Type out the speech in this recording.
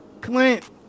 Clint